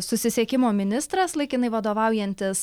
susisiekimo ministras laikinai vadovaujantis